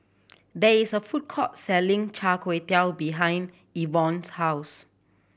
there is a food court selling chai tow kway behind Evon's house